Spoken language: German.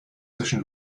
zwischen